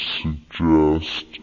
suggest